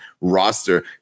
roster